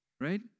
right